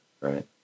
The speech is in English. right